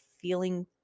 feeling